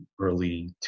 early